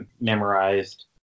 memorized